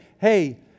hey